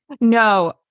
No